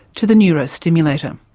to the neurostimulator.